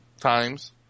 times